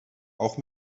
auch